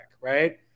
right